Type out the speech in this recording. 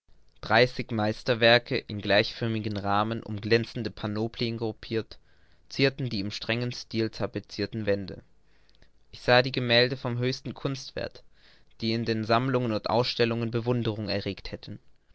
dreißig meisterwerke in gleichförmigen rahmen um glänzende panoplien gruppirt zierten die im strengen styl tapezierten wände ich sah die gemälde von höchstem kunstwerth die in den sammlungen und ausstellungen bewunderung erregt hatten